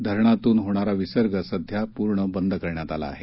धरणातून होणारा विसर्ग सध्या पूर्ण बंद करण्यात आला आहे